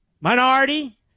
minority